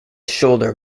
shoulder